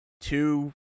two